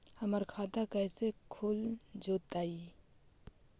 हमर खाता कैसे खुल जोताई?